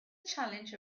challenge